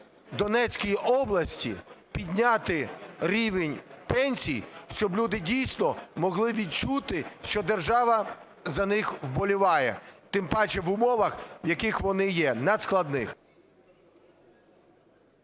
Донецькій області підняти рівень пенсій, щоб люди дійсно могли відчути, що держава за них вболіває, тим паче в умовах, в яких вони є, надскладних.